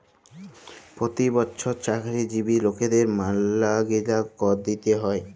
পতি বচ্ছর চাকরিজীবি লকদের ম্যালাগিলা কর দিতে হ্যয়